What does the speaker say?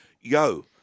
Yo